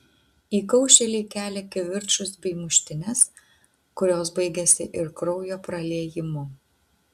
įkaušėliai kelia kivirčus bei muštynes kurios baigiasi ir kraujo praliejimu